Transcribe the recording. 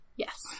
Yes